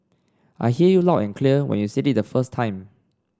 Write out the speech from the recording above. I heard you loud and clear when you said it the first time